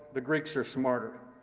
the greeks are smarter.